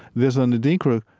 there's an adinkra,